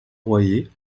royer